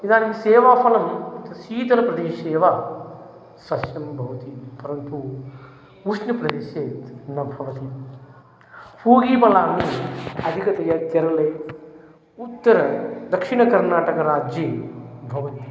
इदानीं सेवफ़लं शीतलप्रदेशे एव सस्यं भवति परन्तु उष्णप्रदेशे न भवति पूगफलानि अधिकतया केरले उत्तरदक्षिणकर्णाटकराज्ये भवति